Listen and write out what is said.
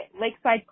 lakeside